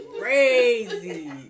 crazy